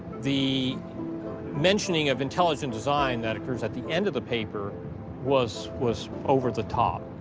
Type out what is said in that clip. the mentioning of intelligent design that occurs at the end of the paper was was over the top.